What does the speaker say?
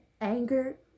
anger